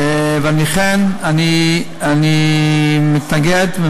ולכן אני מתנגד,